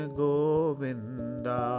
govinda